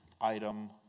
item